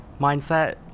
mindset